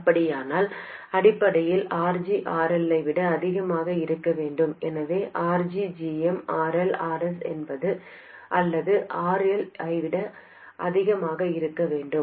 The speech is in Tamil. அப்படியானால் அடிப்படையில் RG RL ஐ விட அதிகமாக இருக்க வேண்டும் எனவே RG gm RL Rs அல்லது RL ஐ விட அதிகமாக இருக்க வேண்டும்